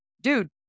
Dude